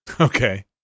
Okay